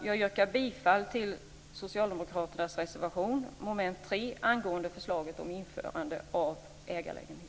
Jag yrkar bifall till socialdemokraternas reservation under mom. 3 angående förslaget om införande av ägarlägenheter.